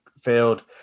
field